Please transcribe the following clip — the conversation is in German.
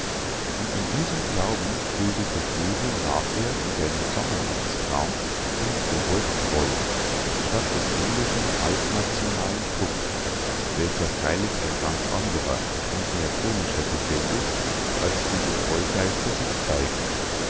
und in diesem glauben bildete schlegel nachher in seinem sommernachtstraum den kobold droll statt des englischen alt nationalen puck welcher freilich ein ganz anderer und mehr komischer gesell ist als diese trollgeister sich zeigen